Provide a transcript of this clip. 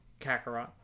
Kakarot